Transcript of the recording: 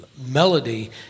Melody